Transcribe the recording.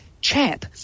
chap